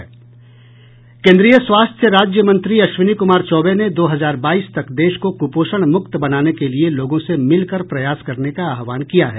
केन्दीय स्वास्थ्य राज्य मंत्री अश्विनी कुमार चौबे ने दो हजार बाईस तक देश को कुपोषण मुक्त बनाने के लिए लोगों से मिल कर प्रयास करने का आहवान किया है